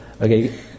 Okay